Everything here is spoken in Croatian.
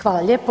Hvala lijepo.